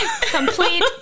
Complete